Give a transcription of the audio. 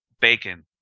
Bacon